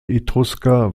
etrusker